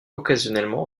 occasionnellement